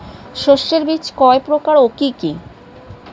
শস্যের বীজ কয় প্রকার ও কি কি?